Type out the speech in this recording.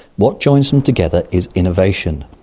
what joins them together is innovation,